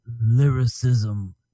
lyricism